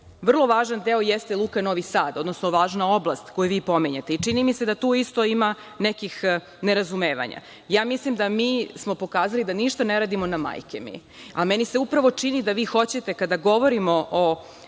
važan deo jeste Luka Novi Sad, odnosno važna oblast koju vi pominjete i čini mi se da tu isto ima nekih nerazumevanja. Ja mislim da smo mi pokazali da ništa ne radimo na – majke mi. A, meni se upravo čini da vi hoćete, kada govorimo o